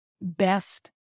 best